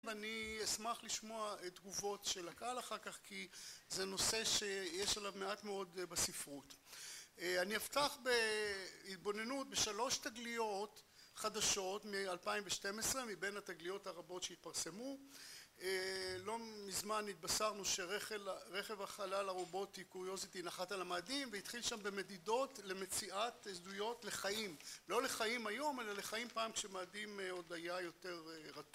ואני אשמח לשמוע תגובות של הקהל אחר כך, כי זה נושא שיש עליו מעט מאוד בספרות. אני אפתח בהתבוננות בשלוש תגליות חדשות מ 2012, מבין התגליות הרבות שהתפרסמו. לא מזמן התבשרנו שרכב החלל הרובוטי קוריוזיטי נחת על המאדים, והתחיל שם במדידות למציאת עדויות לחיים, לא לחיים היום, אלא לחיים פעם כשמאדים עוד היה יותר רטוב